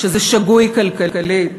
שזה שגוי כלכלית.